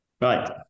Right